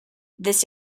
this